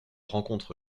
rencontre